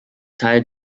teil